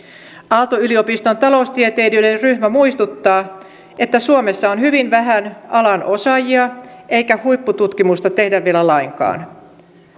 aalto yliopiston taloustieteilijöiden ryhmä muistuttaa että suomessa on hyvin vähän alan osaajia eikä huippututkimusta tehdä vielä lainkaan